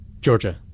Georgia